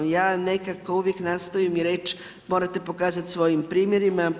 Ja nekako uvijek nastojim i reći morate pokazati svojim primjerima.